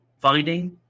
finding